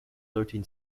thirteen